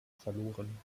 verloren